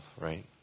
right